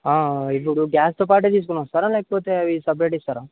ఇప్పుడు గ్యాస్తో పాటే తీసుకున్నాం ఇస్తారా లేకపోతే అవి సపరేట్ ఇస్తారా